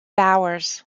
bowers